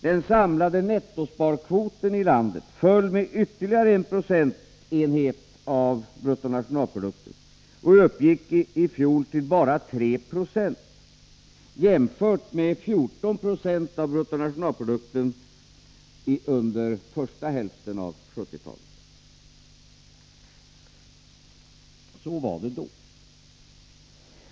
Den samlade nettosparkvoten i landet föll med ytterligare 1 procentenhet av bruttonationalprodukten och uppgick i fjol till bara 3 70, jämfört med 14 26 av bruttonationalprodukten under första hälften av 1970-talet. Så var det då.